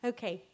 Okay